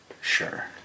Sure